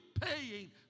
paying